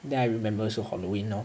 then I remember 是 halloween lor